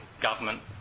government